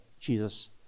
Jesus